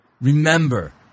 Remember